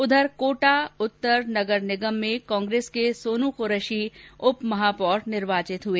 उधर कोटा उत्तर नगर निगम में कांग्रेस के सोनू कुरैशी उप महापौर निर्वाचित हुए